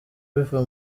biva